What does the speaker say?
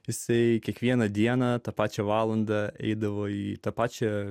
jisai kiekvieną dieną tą pačią valandą eidavo į tą pačią